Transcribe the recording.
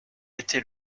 était